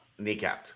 Kneecapped